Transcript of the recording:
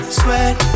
sweat